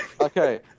Okay